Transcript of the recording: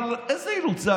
אבל איזה אילוץ?